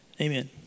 Amen